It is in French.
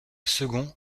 second